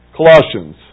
Colossians